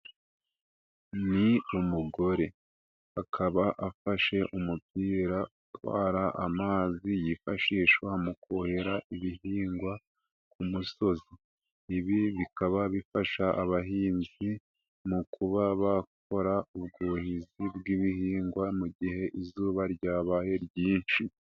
Ni umugore akaba afashe umupira utwara amazi yifashishwa mu kuhira ibihingwa ku musozi, ibi bikaba bifasha abahinzi mu kuba bakora ubwuhizi bw'ibihingwa mu gihe izuba ryabaye ryinshi.